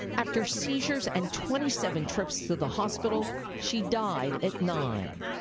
after seizures and twenty seven trips to the hospital she died at nine.